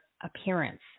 appearance